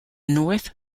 north